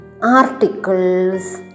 Articles